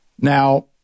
Now